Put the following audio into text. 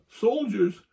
soldiers